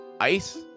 ice